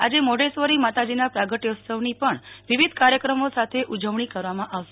આજે મોઢે શ્વરી માતાજોના પ્રાગટયોત્સવનો પણ વિવિધ કાર્યકમો સાથે ઉજવણી કરવામાં આવશે